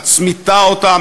מצמיתה אותה,